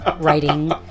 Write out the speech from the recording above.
writing